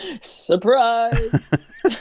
Surprise